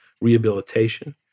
rehabilitation